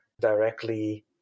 directly